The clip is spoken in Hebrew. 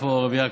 איפה רבי יעקב?